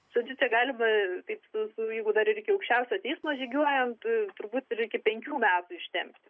žodžiu čia galima taip su su jeigu dar iki aukščiausio teismo žygiuojant turbūt ir iki penkių metų ištempti